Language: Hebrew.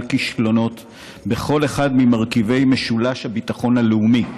כישלונות בכל אחד ממרכיבי משולש הביטחון הלאומי,